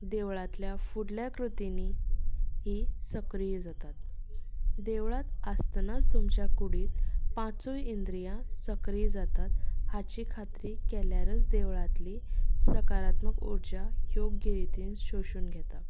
देवळांतल्या फुडल्या कृतींनी हीं सक्रीय जातात देवळांत आसतनाच तुमच्या कुडींत पांचूय इंद्रियां सक्रीय जातात हाची खात्री केल्यारूच देवळांतली सकारात्मक उर्जा योग्य रितीन शोशून घेता